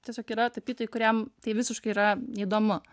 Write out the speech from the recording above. tiesiog yra tapytojai kuriam tai visiškai yra įdomu